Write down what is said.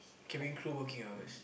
cabin crew working hours